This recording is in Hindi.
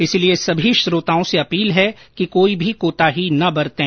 इसलिए सभी श्रोताओं से अपील है कि कोई भी कोताही न बरतें